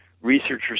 researchers